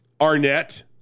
Arnett